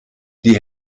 die